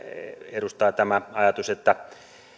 edustaa tämä ajatus että